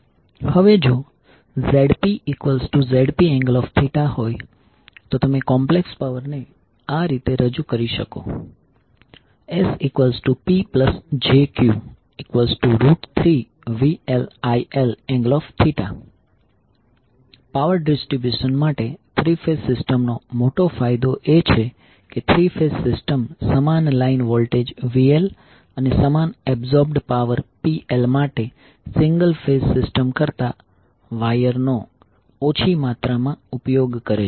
હવે જો ZpZp∠θ તો તમે કોમ્પ્લેક્સ પાવર ને આ રીતે રજૂ કરી શકો છો SPjQ3VLIL∠θ પાવર ડિસ્ટ્રીબ્યુશન માટે થ્રી ફેઝ સિસ્ટમ નો મોટો ફાયદો એ છે કે થ્રી ફેઝ સિસ્ટમ સમાન લાઇન વોલ્ટેજ VL અને સમાન એબસોર્બડ પાવર PL માટે સિંગલ ફેઝ સિસ્ટમ કરતા વાયર નો ઓછી માત્રામાં ઉપયોગ કરે છે